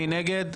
מי נגד?